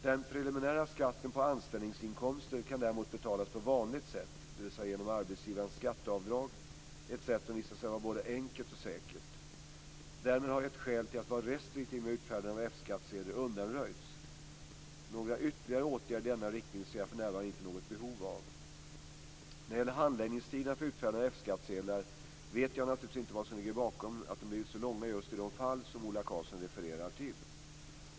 Den preliminära skatten på anställningsinkomster kan däremot betalas på vanligt sätt, dvs. genom arbetsgivarens skatteavdrag, ett sätt som visat sig vara både enkelt och säkert. Därmed har ett skäl till att vara restriktiv med utfärdande av F-skattsedel undanröjts. Några ytterligare åtgärder i denna riktning ser jag för närvarande inte något behov av. När det gäller handläggningstiderna för utfärdande av F-skattsedlar vet jag naturligtvis inte vad som ligger bakom att de blivit så långa just i de fall som Ola Karlsson refererat till.